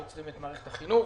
לא עוצרים את מערכת החינוך,